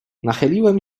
nachyliłem